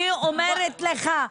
אני אומרת לך,